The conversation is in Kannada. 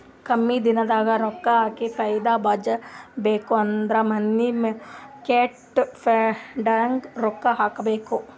ಕಮ್ಮಿ ದಿನದಾಗ ರೊಕ್ಕಾ ಹಾಕಿ ಫೈದಾ ಬರ್ಬೇಕು ಅಂದುರ್ ಮನಿ ಮಾರ್ಕೇಟ್ ಫಂಡ್ನಾಗ್ ರೊಕ್ಕಾ ಹಾಕಬೇಕ್